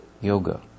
yoga